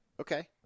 Okay